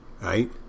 Right